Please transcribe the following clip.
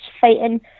fighting